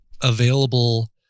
available